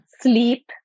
Sleep